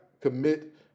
commit